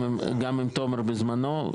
גם עם תומר בזמנו.